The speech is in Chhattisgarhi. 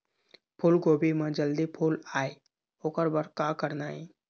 फूलगोभी म जल्दी फूल आय ओकर बर का करना ये?